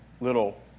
little